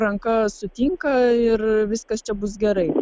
ranka sutinka ir viskas čia bus gerai